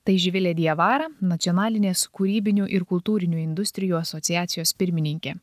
tai živilė diavara nacionalinės kūrybinių ir kultūrinių industrijų asociacijos pirmininkė